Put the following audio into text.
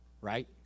right